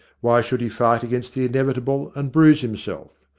why should he fight against the inevitable, and bruise himself?